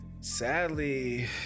sadly